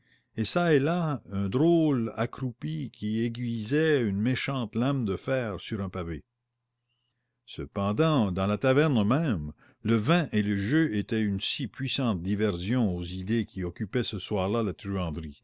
et çà et là un drôle accroupi qui aiguisait une méchante lame de fer sur un pavé cependant dans la taverne même le vin et le jeu étaient une si puissante diversion aux idées qui occupaient ce soir-là la